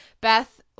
Beth